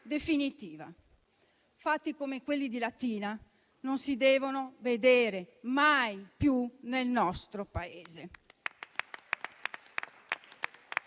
definitiva. Fatti come quelli di Latina non si devono vedere mai più nel nostro Paese.